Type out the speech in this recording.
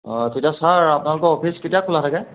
অঁ তেতিয়া ছাৰ আপোনালোকৰ অফিচ কেতিয়া খোলা থাকে